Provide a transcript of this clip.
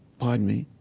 pardon me.